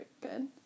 good